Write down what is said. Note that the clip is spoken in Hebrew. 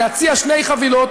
להציע שני חבילות.